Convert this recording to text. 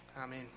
Amen